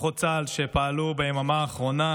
לכוחות צה"ל שפעלו ביממה האחרונה.